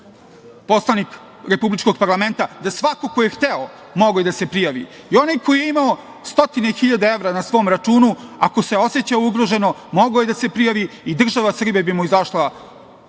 poslanik republičkog parlamenta, da svako ko je hteo mogao je da se prijavi i onaj koji je imao stotine hiljade evra na svom računu ako se osećao mogao je da se prijavi i država Srbija bi mu izašla